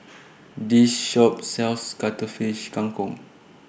This Shop sells Cuttlefish Kang Kong